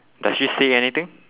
does she say anything